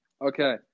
Okay